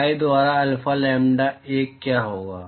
पाई द्वारा alpha lambda 1 क्या होगा